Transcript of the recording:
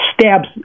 stabs